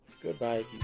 Goodbye